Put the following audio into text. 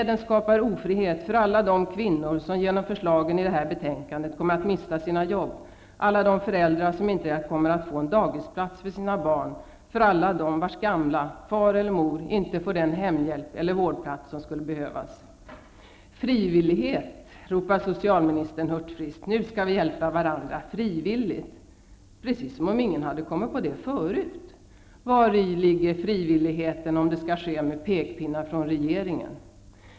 Den skapar ofrihet för alla de kvinnor som genom förslagen i det här betänkandet kommer att mista sina jobb, för alla de föräldrar som inte kommer att få en dagisplats för sina barn, för alla dem vars gamla far eller mor inte får den hemhjälp eller vårdplats som skulle behövas. Frivillighet! ropar socialministern hurtfriskt. Nu skall vi hjälpa varandra frivilligt! Precis som om ingen hade kommit på det förut. Vari ligger frivilligheten, om det skall ske med pekpinnar från regeringen?